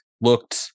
looked